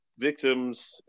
Victims